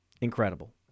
Incredible